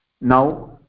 Now